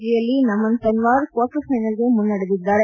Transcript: ಜಿಯಲ್ಲಿ ನಮನ್ ತನ್ವಾರ್ ಕ್ವಾರ್ಟರ್ ಫೈನಲ್ಸ್ಗೆ ಮುನ್ನಡೆದಿದ್ದಾರೆ